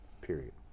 Period